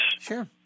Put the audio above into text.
Sure